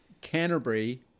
Canterbury